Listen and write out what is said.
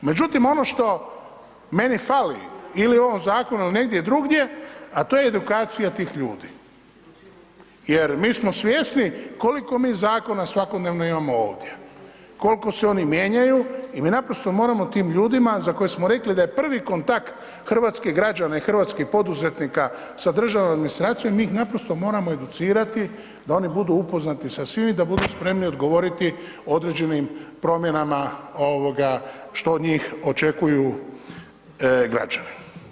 Međutim, ono što meni fali ili u ovom zakonu negdje drugdje, a to je edukacija tih ljudi, jer mi smo svjesni koliko mi zakona svakodnevno imamo ovdje, koliko se oni mijenjaju i mi naprosto moramo tim ljudima za koje smo rekli da je prvi kontakt hrvatskih građana i hrvatskih poduzetnika sa državnom administracijom mi ih naprosto moramo educirati da oni budu upoznati sa svim i da budu spremni odgovoriti određenim promjenama ovoga što od njih očekuju građani.